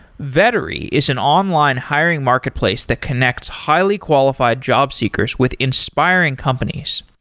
vettery is an online hiring marketplace that connects highly qualified jobseekers with inspiring companies.